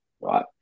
right